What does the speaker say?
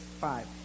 five